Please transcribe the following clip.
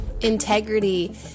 Integrity